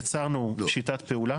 יצרנו שיטת פעולה.